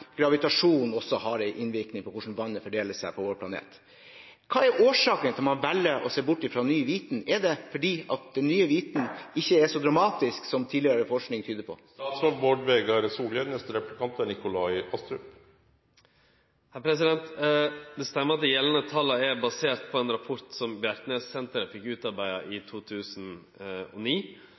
gravitasjonen også har innvirkning på hvordan vannet fordeler seg på vår planet. Hva er årsaken til at man velger å se bort fra ny viten? Er det fordi den ikke er så dramatisk som tidligere forskning tydet på? Det stemmer at dei gjeldande tala er baserte på ein rapport som Bjerknessenteret fekk utarbeidd i 2009.